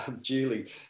Julie